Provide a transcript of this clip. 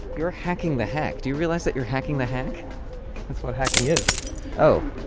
you're hacking the hack. do you realize that you're hacking the hack? that's what hacking is oh.